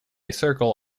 circle